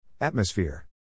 Atmosphere